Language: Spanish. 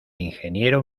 ingeniero